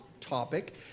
topic